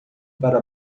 para